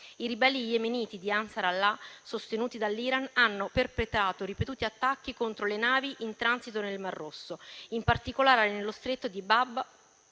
i ribelli yemeniti di Ansar Allah, sostenuti dall'Iran, hanno perpetrato ripetuti attacchi contro le navi in transito nel mar Rosso, in particolare nello stretto di Bab